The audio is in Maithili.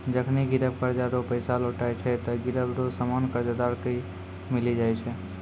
जखनि गिरब कर्जा रो पैसा लौटाय छै ते गिरब रो सामान कर्जदार के मिली जाय छै